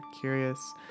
curious